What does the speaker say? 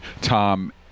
tom